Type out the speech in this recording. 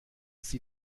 sie